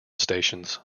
stations